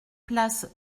place